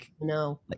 no